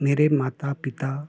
मेरे माता पिता